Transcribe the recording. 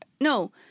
No